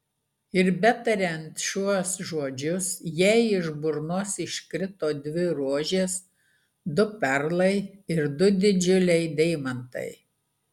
ir betariant šiuos žodžius jai iš burnos iškrito dvi rožės du perlai ir du didžiuliai deimantai